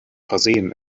versehen